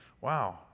wow